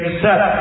set